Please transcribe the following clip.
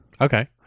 Okay